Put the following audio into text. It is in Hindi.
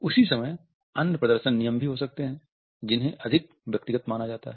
उसी समय अन्य प्रदर्शन नियम भी हो सकते हैं जिन्हें अधिक व्यक्तिगत माना जाता है